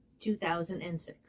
2006